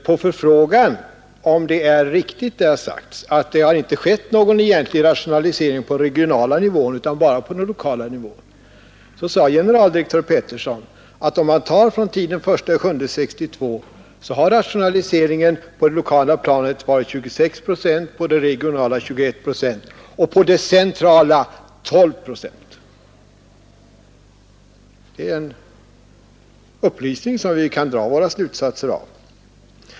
På en förfrågan, om det var riktigt som jag sagt, att det inte har skett någon egentlig rationalisering på den regionala nivån, utan bara på den lokala nivån, svarade generaldirektör Peterson att under tiden från den 1 juli 1962 har rationaliseringen på det lokala planet varit 26 procent, på det regionala planet 21 procent och på det centrala planet 12 procent. Det är en upplysning som vi kan dra våra slutsatser av.